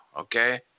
okay